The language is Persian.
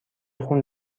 خون